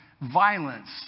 violence